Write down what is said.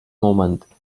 moment